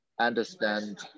understand